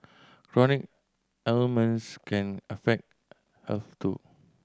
chronic ailments can affect health too